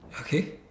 okay